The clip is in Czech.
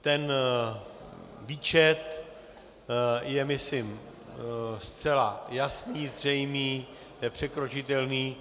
Ten výčet je, myslím, zcela jasný, zřejmý, nepřekročitelný.